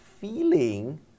feeling